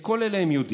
את כל אלה הם יודעים.